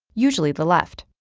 usually the left.